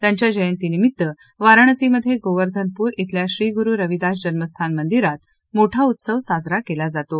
त्यांच्या जयंतीनिमित्त वाराणसीमध्ये गोवर्धनपूर इथल्या श्री गुरू रविदास जन्मस्थान मंदिरात मोठा उत्सव साजरा केला जातो